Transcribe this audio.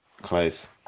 Close